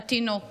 התינוק